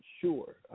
sure